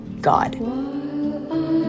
God